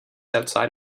outside